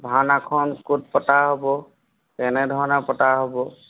ভাওনাখন ক'ত পতা হ'ব কেনেধৰণে পতা হ'ব